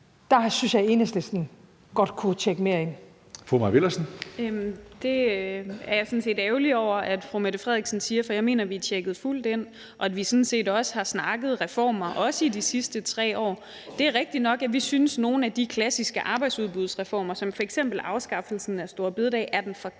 Fru Mai Villadsen. Kl. 16:02 Mai Villadsen (EL): Det er jeg sådan set ærgerlig over at fru Mette Frederiksen siger, for jeg mener, vi er tjekket fuldt ind, og at vi sådan set også har snakket reformer, også i de sidste 3 år. Det er rigtigt nok, at vi synes, at nogle af de klassiske arbejdsudbudsreformer som f.eks. afskaffelsen af store bededag er den forkerte